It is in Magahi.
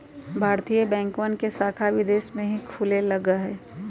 भारतीय बैंकवन के शाखा विदेश में भी खुले लग लय है